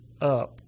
up